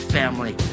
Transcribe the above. family